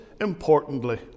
importantly